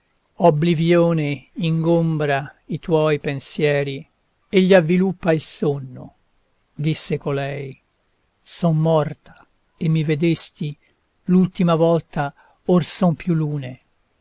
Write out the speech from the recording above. obblivione ingombra i tuoi pensieri e gli avviluppa il sonno disse colei son morta e mi vedesti l'ultima volta or son più lune